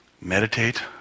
Meditate